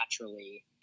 naturally